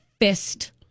fist